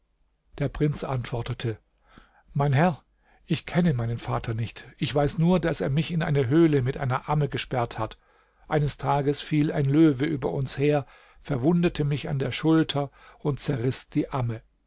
der prinz antwortete mein herr ich kenne meinen vater nicht ich weiß nur daß er mich in eine höhle mit einer amme gesperrt hat eines tages fiel ein löwe über uns her verwundete mich an der schulter und zerriß die amme